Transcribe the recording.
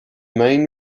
main